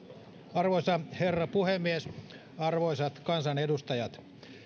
arvoisa herra puhemies arvoisat kansanedustajat